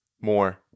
more